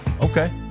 Okay